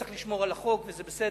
צריך לשמור על החוק וזה בסדר.